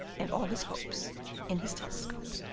and all his hopes in his telescope.